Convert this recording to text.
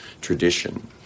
tradition